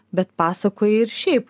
bet pasakoji ir šiaip